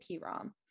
PROM